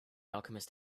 alchemist